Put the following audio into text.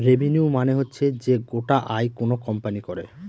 revenue মানে হচ্ছে যে গোটা আয় কোনো কোম্পানি করে